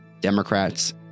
Democrats